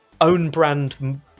own-brand